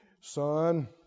son